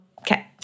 Okay